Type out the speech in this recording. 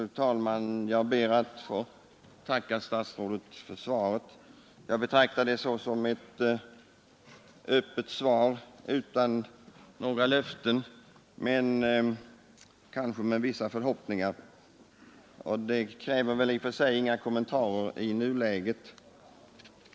Fru talman! Jag ber att få tacka statsrådet för svaret. Jag betraktar det som ett öppet svar utan några löften men kanske med vissa förhoppningar. Det kräver väl i och för sig inga kommentarer i nuläget.